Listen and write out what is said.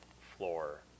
floor